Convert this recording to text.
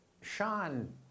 Sean